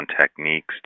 techniques